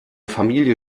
familie